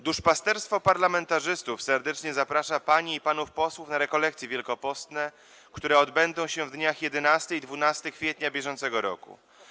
Duszpasterstwo parlamentarzystów serdecznie zaprasza panie i panów posłów na rekolekcje wielkopostne, które odbędą się w dniach 11 i 12 kwietnia br.